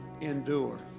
endure